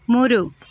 ಮೂರು